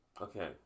Okay